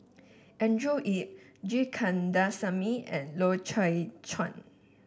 Andrew Yip G Kandasamy and Loy Chye Chuan